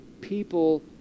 people